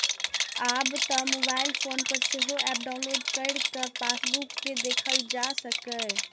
आब तं mobile phone पर सेहो एप डाउलोड कैर कें पासबुक कें देखल जा सकैए